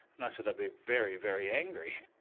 and i said i'd be very very angry.